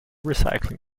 recycling